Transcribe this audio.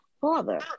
father